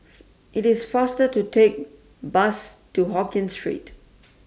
IT IS faster to Take Bus to Hokkien Street